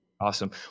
Awesome